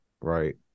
right